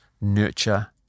Nurture